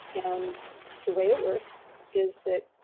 and the way it works is that